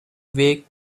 vague